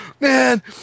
man